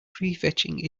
prefetching